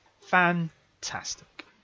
fantastic